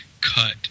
cut